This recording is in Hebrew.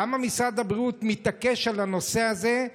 למה משרד הבריאות מתעקש על הנושא הזה?